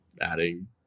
adding